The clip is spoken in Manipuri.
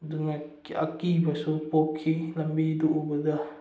ꯑꯗꯨꯅ ꯑꯀꯤꯕꯁꯨ ꯄꯣꯛꯈꯤ ꯂꯝꯕꯤꯗꯨ ꯎꯕꯗ